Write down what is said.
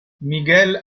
miguel